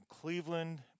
Cleveland